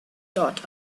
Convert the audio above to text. dot